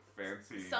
fancy